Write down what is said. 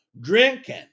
Drinking